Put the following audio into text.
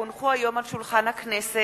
כי הונחו היום על שולחן הכנסת,